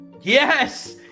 yes